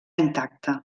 intacte